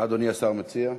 מה אדוני השר מציע?